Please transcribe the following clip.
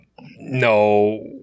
no